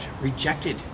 rejected